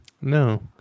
No